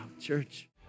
church